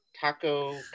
taco